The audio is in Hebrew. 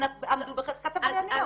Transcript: ועמדו בחזקת עברייניות.